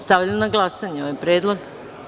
Stavljam na glasanje ovaj predlog.